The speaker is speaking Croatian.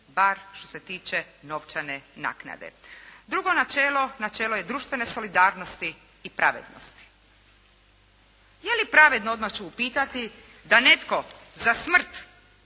bar što se tiče novčane naknade. Drugo načelo je načelo društvene solidarnosti i pravednosti. Je li pravedno, odmah ću upitati, da netko za smrt